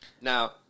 Now